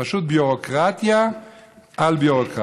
פשוט ביורוקרטיה על ביורוקרטיה.